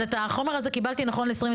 אבל את החומר הזה קיבלתי נכון ל-2021.